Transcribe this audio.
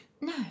No